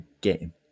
game